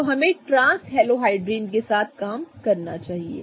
तो हमें trans halohydrin के साथ काम करना चाहिए